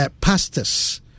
pastors